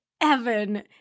evan